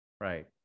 right